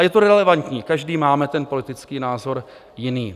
Je to relevantní, každý máme ten politický názor jiný.